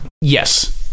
yes